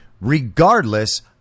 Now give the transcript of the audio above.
regardless